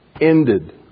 ended